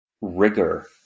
rigor